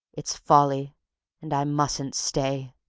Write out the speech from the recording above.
it's folly and i mustn't stay.